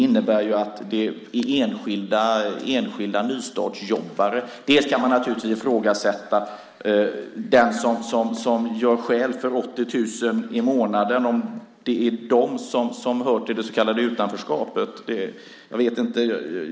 Man kan naturligtvis ifrågasätta om de som gör skäl för 80 000 i månaden tillhör det så kallade utanförskapet. Jag vet inte.